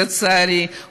לצערי,